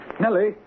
Nellie